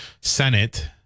Senate